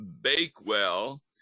Bakewell